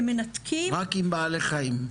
רק עם בעלי חיים,